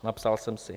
Napsal jsem si.